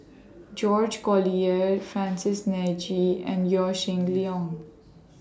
George Collyer Francis NE G and Yaw Shin Leong